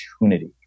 opportunity